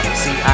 see